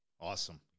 Awesome